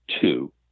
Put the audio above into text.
two